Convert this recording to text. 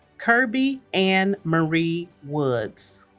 kirbie ann marie woods